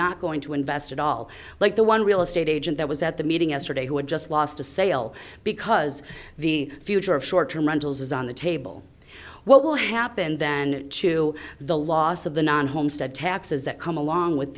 not going to invest at all like the one real estate agent that was at the meeting yesterday who had just lost a sale because the future of short term rentals is on the table what will happen then to the loss of the non homestead taxes that come along with